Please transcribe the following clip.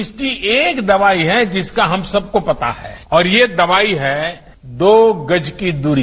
इसकी एक दवाई है जिसका हम सबको पता है और ये दवाई है दो गज की दूरी